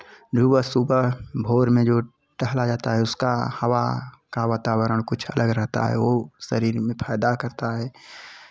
सुबह सुबह भोर में जो टहला जाता है उसका हवा का वातावरण कुछ अलग रहता है वो शरीर में फायदा करता है